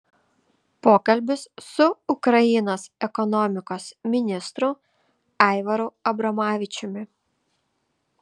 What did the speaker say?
pokalbis su ukrainos ekonomikos ministru aivaru abromavičiumi